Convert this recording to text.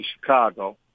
Chicago